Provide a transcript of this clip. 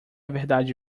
verdade